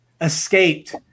escaped